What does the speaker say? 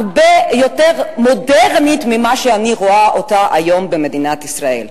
הרבה יותר מודרנית ממה שאני רואה אותה היום במדינת ישראל.